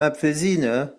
apfelsine